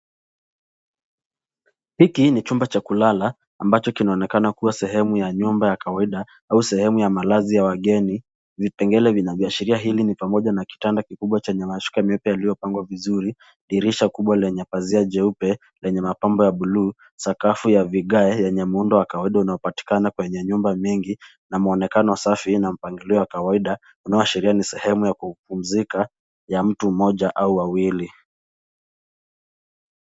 Hiki ni chumba cha kulala ambacho kinaonekana kuwa sehemu ya nyumba ya kawaida au sehemu ya malazi ya wageni, vipengele vinaviashiria hili ni pamoja na kitanda kikubwa chenye mashuka mapya yaliyopangwa vizuri, dirisha kubwa lenye pazia jeupe, lenye mapambo ya buluu, sakafu ya vigae yenye muundo wa kawaida unaopatikana kwenye nyumba mingi na mwonekano safi na mpangilio wa kawaida, unaoashiria ni sehemu ya kupumzika ya mtu mmoja au wawili.